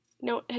No